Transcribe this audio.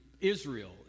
Israel